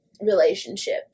relationship